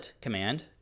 command